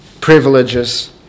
privileges